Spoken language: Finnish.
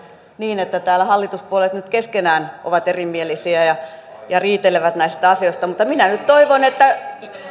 niin että täällä hallituspuolueet nyt keskenään ovat erimielisiä ja ja riitelevät näistä asioista mutta minä nyt toivon että